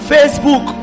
Facebook